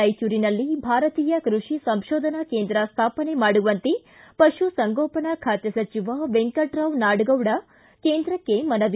ರಾಯಚೂರಿನಲ್ಲಿ ಭಾರತೀಯ ಕೃಷಿ ಸಂಶೋಧನಾ ಕೇಂದ್ರ ಸ್ಟಾಪನೆ ಮಾಡುವಂತೆ ಪಶುಸಂಗೋಪನಾ ಖಾತೆ ಸಚಿವ ವೆಂಕಟರಾವ್ ನಾಡಗೌಡ ಕೇಂದ್ರಕ್ಕೆ ಮನವಿ